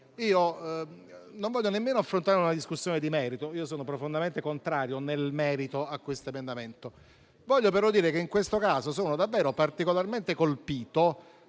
Non voglio nemmeno affrontare una discussione di merito, anche se sono profondamente contrario nel merito a questo emendamento; desidero però dire che in questo caso sono davvero particolarmente colpito